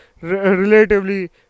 relatively